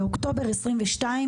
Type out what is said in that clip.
באוקטובר 22,